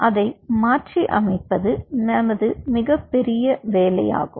அதை மாற்றியமைப்பது நமது பெரிய வேலையாகும்